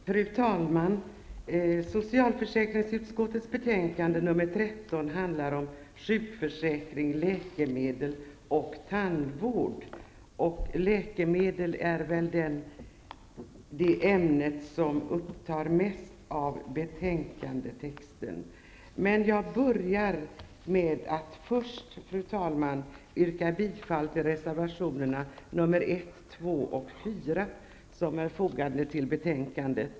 Fru talman! Socialförsäkringsutskottets betänkande nr 13 handlar om sjukförsäkring, läkemedel och tandvård. Texten avseende läkemedel upptar största delen av betänkandet. Jag börjar emellertid med, fru talman, att först yrka bifall till reservationerna nr 1, 2 och 4 som är fogade till betänkandet.